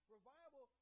Revival